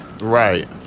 Right